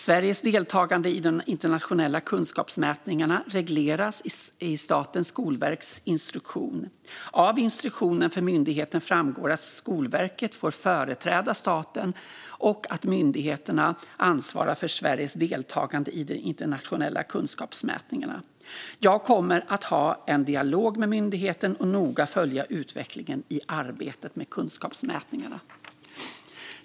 Sveriges deltagande i de internationella kunskapsmätningarna regleras i Statens skolverks instruktion. Av instruktionen för myndigheten framgår att Skolverket får företräda staten och att myndigheten ansvarar för Sveriges deltagande i de internationella kunskapsmätningarna. Jag kommer att ha en dialog med myndigheten och noga följa utvecklingen i arbetet med kunskapsmätningarna.